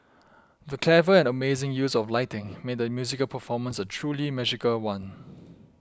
the clever and amazing use of lighting made the musical performance a truly magical one